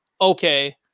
okay